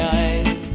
eyes